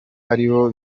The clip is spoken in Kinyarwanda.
aribo